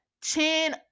Chin